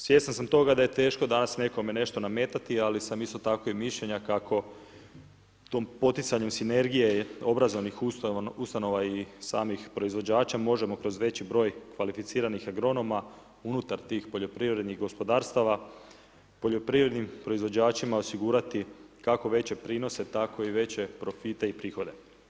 Svjestan sam toga, da je teško danas nekome nešto nametati, ali sam isto tako mišljenja kako tom poticanju sinergije obrazovnih ustanova i samih proizvođača možemo kroz veći broj kvalificiranih agronoma unutar tih poljoprivrednih gospodarstava, poljoprivrednim proizvođačima osigurati kako veće prinose, tak i veće profite i prihode.